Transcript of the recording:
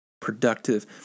productive